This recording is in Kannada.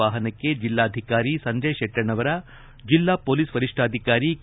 ವಾಹನಕ್ಕೆ ಜಿಲ್ಲಾಧಿಕಾರಿ ಸಂಜಯ ಶೆಟ್ಟೆಣ್ಣವರ ಜಿಲ್ಲಾ ಪೊಲೀಸ್ ವರಿಷ್ಠಾಧಿಕಾರಿ ಕೆ